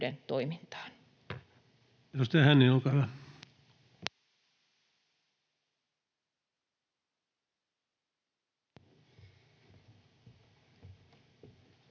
Kiitos